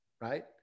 Right